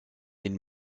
den